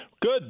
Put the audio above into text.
Good